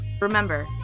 Remember